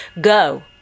Go